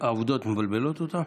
אבל העובדות מבלבלות אותם?